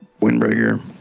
Windbreaker